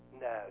No